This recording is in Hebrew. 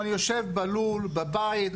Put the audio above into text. ואני יושב בלול בבית,